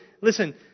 listen